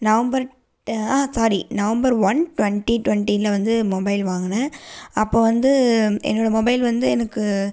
November ஆஹான் sorry November one twenty டுவெண்ட்டியில் வந்து மொபைல் வாங்கினேன் அப்போது வந்து என்னோடய மொபைல் வந்து எனக்கு